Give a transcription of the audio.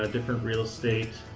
ah different real estate,